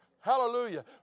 Hallelujah